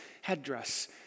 headdress